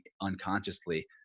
unconsciously